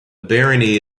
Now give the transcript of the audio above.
barony